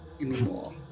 anymore